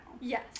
Yes